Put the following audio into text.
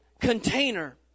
container